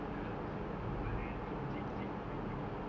dah lama seh tak berbual dengan cikgu cikgu melayu all